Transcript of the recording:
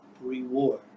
reward